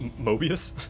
Mobius